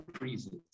reasons